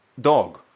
dog